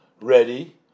ready